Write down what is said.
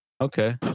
Okay